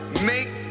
make